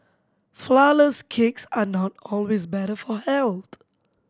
flourless cakes are not always better for health